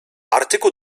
artykuł